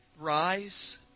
rise